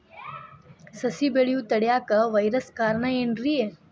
ಸಸಿ ಬೆಳೆಯುದ ತಡಿಯಾಕ ವೈರಸ್ ಕಾರಣ ಏನ್ರಿ?